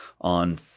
on